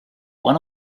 one